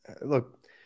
look